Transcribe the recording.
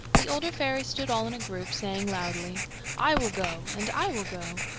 the older fairies stood all in a group, saying loudly i will go, and i will go.